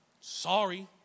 Sorry